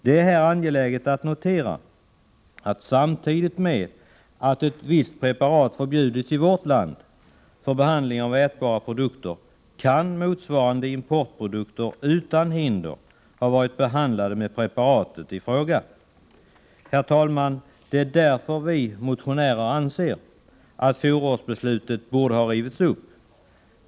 Det är här angeläget att notera att samtidigt med att ett visst preparat förbjudits i vårt land för behandling av ätbara produkter, kan motsvarande importprodukter utan hinder ha varit behandlade med preparatet i fråga. Herr talman! Det är därför vi motionärer anser att fjolårsbeslutet borde ha rivits upp.